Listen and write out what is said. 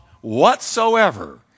whatsoever